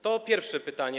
To pierwsze pytanie.